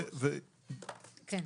לפני כן,